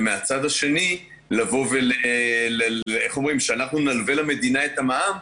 ומהצד השני לבוא איך אומרים שאנחנו נלווה למדינה את המע"מ,